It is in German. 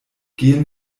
gehen